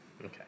Okay